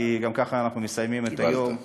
כי גם ככה אנחנו מסיימים את היום.